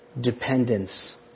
dependence